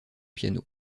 piano